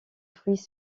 fruits